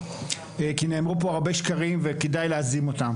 כי נאמרו פה הרבה שקרים וכדאי להזים אותם.